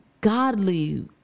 godly